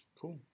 Cool